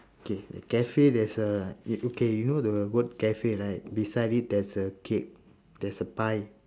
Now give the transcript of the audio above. okay the cafe there's a eh okay you know the word cafe right beside it there's a cake there's a pie